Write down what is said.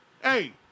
hey